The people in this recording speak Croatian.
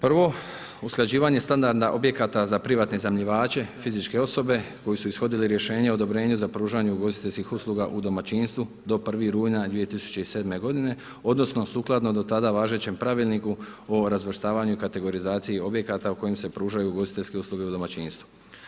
Prvo, usklađivanje standarda objekata za privatne iznajmljivače, fizičke osobe koje su ishodile rješenje odobrenja za pružanje ugostiteljskih usluga u domaćinstvu do 1. rujna 2007. godine odnosno sukladno do tada važećem pravilniku o razvrstavanju i kategorizaciji objekata u kojem se pružaju ugostiteljske usluge u domaćinstvu.